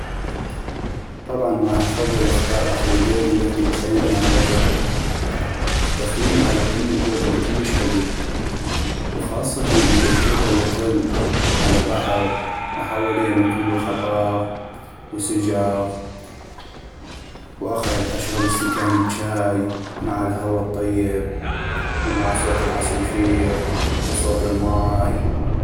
طبعا غاح أفضل اختار اقضي ليلي وحدي بخيمي على جبل ، التخييم على قمة جبل كلش حلوي وخاصةً اذا الجبل يطل على بحغ وحولينو كلو خضاغ وسجغ ، واقعد اشغب استكان الچاي مع الهواء الطيب ومع صوت العصيفيغ وصوت الماي.